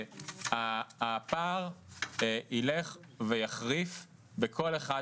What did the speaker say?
הפער ילך ויחריף בכל אחד מהמקצועות.